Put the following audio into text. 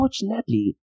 unfortunately